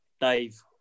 Dave